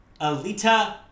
Alita